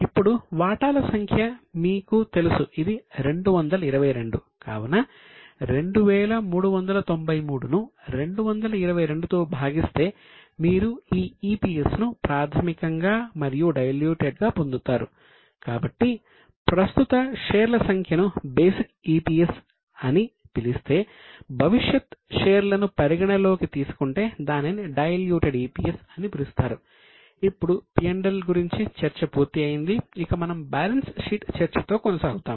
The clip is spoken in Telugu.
ఇప్పుడు P L గురించి చర్చ పూర్తి అయ్యింది ఇక మనము బ్యాలెన్స్ షీట్ చర్చతో కొనసాగుతాము